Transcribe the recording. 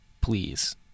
please